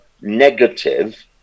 negative